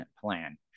plan